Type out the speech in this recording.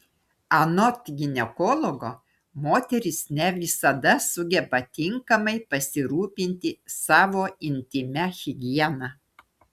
anot ginekologo moterys ne visada sugeba tinkamai pasirūpinti savo intymia higiena